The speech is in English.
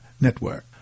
Network